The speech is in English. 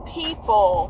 people